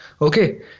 okay